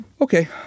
Okay